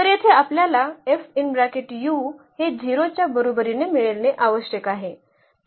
तर येथे आपल्याला हे 0 च्या बरोबरीने मिळणे आवश्यक आहे